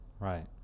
Right